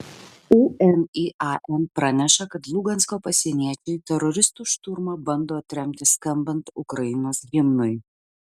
unian praneša kad lugansko pasieniečiai teroristų šturmą bando atremti skambant ukrainos himnui